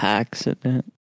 accident